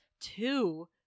Two